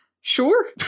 sure